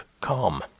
calm